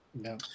No